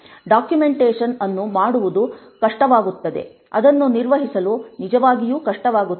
documentation ಅನ್ನು ಮಾಡುವುದು ಕಷ್ಟವಾಗುತ್ತದೆ ಅದನ್ನು ನಿರ್ವಹಿಸಲು ನಿಜವಾಗಿಯೂ ಕಷ್ಟವಾಗುತ್ತದೆ